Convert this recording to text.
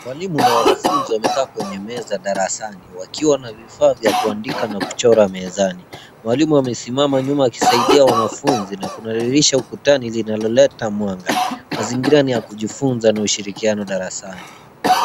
Walimu na wanafunzi wamekaa kwenye meza darasani wakiwa na vifaa vya kuandika na kuchora mezani. Mwalimu amesimama nyuma akisaidia wanafunzi na kuna dirisha ukutani linaloleta mwanga. Mazingira ni ya kujifunza na ushirikiano darasani.